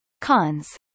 Cons